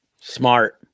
Smart